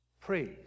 Praise